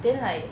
then like